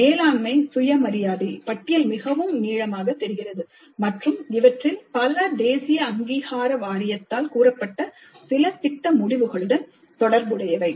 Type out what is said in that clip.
மேலாண்மை சுயமரியாதை பட்டியல் மிகவும் நீளமாகத் தெரிகிறது மற்றும் இவற்றில் பல தேசிய அங்கீகார வாரியத்தால் கூறப்பட்ட சில பாடத்திட்ட முடிவுகளுடன் தொடர்புடையவை